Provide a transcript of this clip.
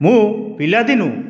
ମୁଁ ପିଲାଦିନୁ